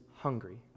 hungry